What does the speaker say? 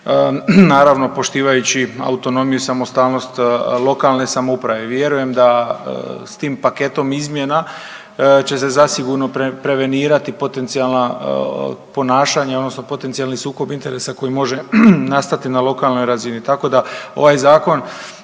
naravno poštivajući autonomiju i samostalnost lokalne samouprave. Vjerujem da s tim paketom izmjena će se zasigurno prevenirati potencijalna ponašanja, odnosno potencijalni sukob interesa koji može nastati na lokalnoj razini. Tako da ovaj zakon